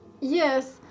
yes